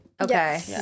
Okay